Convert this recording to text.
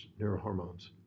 neurohormones